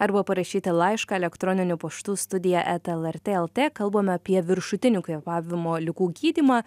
arba parašyti laišką elektroniniu paštu studija eta lrt lt kalbame apie viršutinių kvėpavimo ligų gydymą